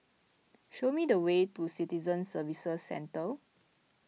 show me the way to Citizen Services Centre